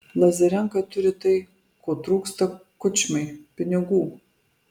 lazarenka turi tai ko trūksta kučmai pinigų